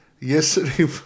Yesterday